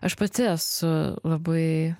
aš pats esu labai